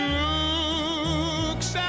looks